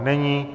Není.